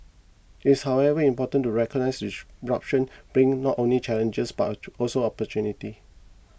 it's however important to recognise disruption brings not only challenges but also opportunities